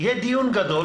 יהיה דיון גדול.